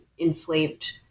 enslaved